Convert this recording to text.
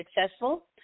successful